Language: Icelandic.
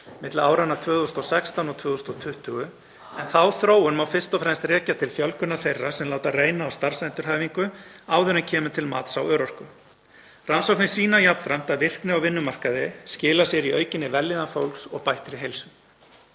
milli áranna 2016 og 2020. Þá þróun má fyrst og fremst rekja til fjölgunar þeirra sem láta reyna á starfsendurhæfingu áður en kemur til mats á örorku. Rannsóknir sýna jafnframt að virkni á vinnumarkaði skilar sér í aukinni vellíðan fólks og bættri heilsu.